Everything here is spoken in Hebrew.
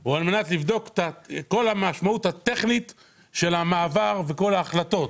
הוא על מנת לבדוק את כל המשמעות הטכנית של המעבר וכל ההחלטות.